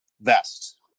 Vest